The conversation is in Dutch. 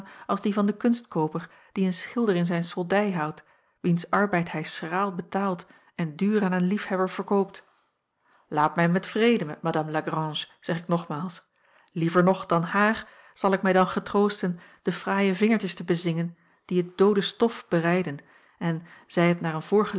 als die van den kunstkooper die een schilder in zijn soldij houdt wiens arbeid hij schraal betaalt en duur aan een liefhebber verkoopt laat mij met vrede met madame lagrange zeg ik nogmaals liever nog dan haar zal ik mij dan getroosten de fraaie vingertjes te bezingen die het doode stof bereiden en zij het naar een